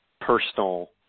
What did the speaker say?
personal